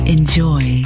Enjoy